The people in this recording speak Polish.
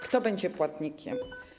Kto będzie płatnikiem?